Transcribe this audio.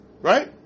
Right